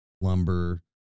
lumber